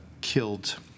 killed